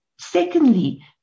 Secondly